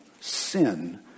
Sin